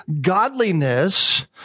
godliness